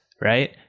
right